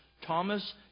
Thomas